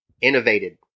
innovated